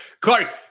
Clark